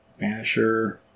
Vanisher